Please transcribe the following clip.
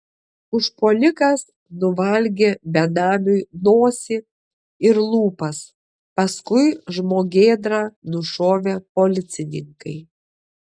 užpuolikas nuvalgė benamiui nosį ir lūpas paskui žmogėdrą nušovė policininkai